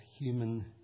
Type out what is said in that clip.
human